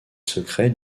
secret